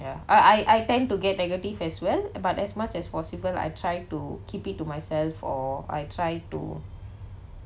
ya I I I tend to get negative as well but as much as possible I try to keep it to myself or I try to